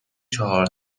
چهار